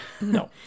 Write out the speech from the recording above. No